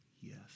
Yes